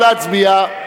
נא להצביע.